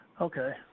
Okay